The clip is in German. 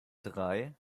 drei